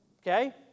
Okay